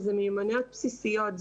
שזה מיומנויות בסיסיות,